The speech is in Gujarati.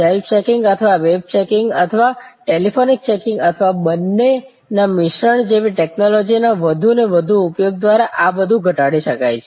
સેલ્ફ ચેકિંગ અથવા વેબ ચેકિંગ અથવા ટેલિફોન ચેકિંગ અથવા બંનેના મિશ્રણ જેવી ટેક્નોલોજીના વધુ અને વધુ ઉપયોગ દ્વારા આ બધું ઘટાડી શકાય છે